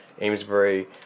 Amesbury